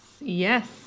yes